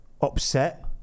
upset